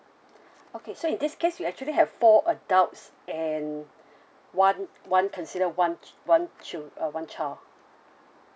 okay so in this case you actually have four adults and one one consider one chi~ one chil~ uh one child